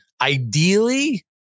ideally